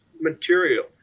material